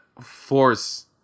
force